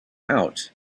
out